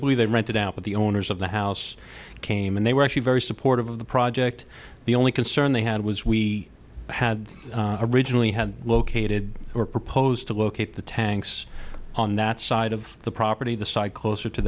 believe they rented out of the owners of the house came and they were actually very supportive of the project the only concern they had was we had originally had located or proposed to locate the tanks on that side of the property the site closer to